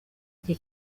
njye